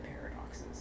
paradoxes